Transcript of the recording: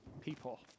people